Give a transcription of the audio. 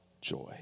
joy